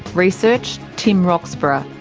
research tim roxburgh,